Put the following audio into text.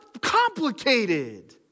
complicated